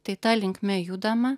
tai ta linkme judama